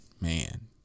man